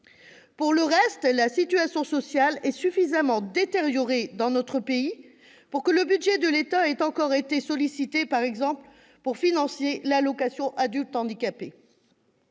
Pour le reste, la situation sociale s'est suffisamment détériorée dans notre pays pour que le budget de l'État ait encore été sollicité, par exemple, pour financer l'allocation aux adultes handicapés.